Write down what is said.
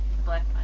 Black